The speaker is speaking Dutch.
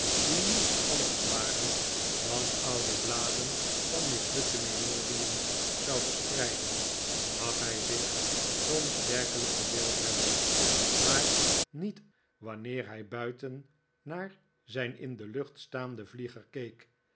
die riiets anders waren dan oude bladen van mislukte memorien zou verspreiden mag hij zich soms werkelijk verbeeld hebben maar niet wanneer hij buiten naar zijn in de lucht staanden vlieger